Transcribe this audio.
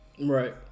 Right